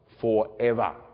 forever